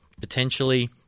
potentially